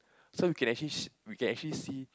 so we can actually s~ we can actually see